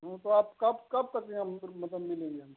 वह तो आप कब कब तक यहाँ मिलेंगे